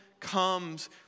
comes